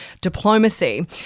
diplomacy